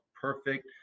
perfect